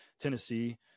Tennessee